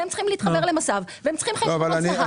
והם צריכים להתחבר למס"ב והם צריכים חשבונות זה"ב.